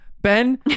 Ben